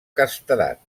castedat